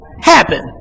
happen